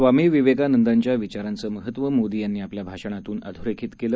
स्वामी विवेकानदांच्या विचारांचं महत्त्व मोदी यांनी आपल्या भाषणातून अधोरेखित केलं